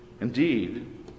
Indeed